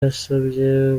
yasabye